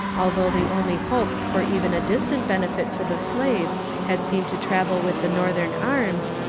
although the only hope for even a distant benefit to the slave had seemed to travel with the northern arms,